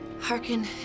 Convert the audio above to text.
Hearken